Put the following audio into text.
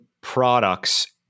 products